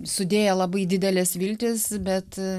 sudėję labai dideles viltis bet